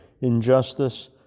injustice